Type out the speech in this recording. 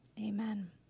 Amen